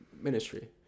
ministry